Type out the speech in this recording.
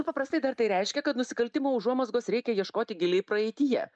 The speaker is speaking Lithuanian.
paprastai dar tai reiškia kad nusikaltimų užuomazgos reikia ieškoti giliai praeityje